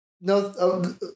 No